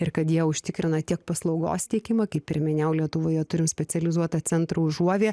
ir kad jie užtikrina tiek paslaugos tiekimą kaip ir minėjau lietuvoje turim specializuotą centrą užuovėja